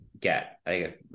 get